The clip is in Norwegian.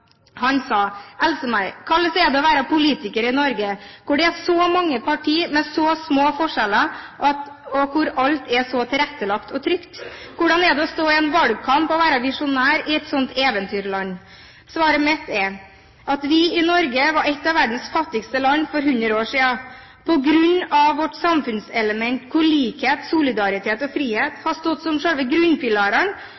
Han sa: Else-May, hvordan er det å være politiker i Norge, hvor det er så mange partier med så små forskjeller og hvor alt er så tilrettelagt og trygt? Hvordan er det å stå i en valgkamp og være visjonær i et slikt eventyrland? Svaret mitt er at vi i Norge var et av verdens fattigste land for hundre år siden. På grunn av at samfunnselementer som likhet, solidaritet og frihet